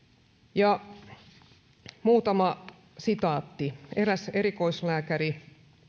ja muutama sitaatti eräs erikoislääkäri